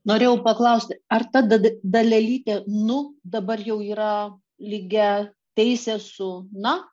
norėjau paklausti ar tad dalelytė nu dabar jau yra lygia teise su na